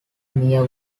near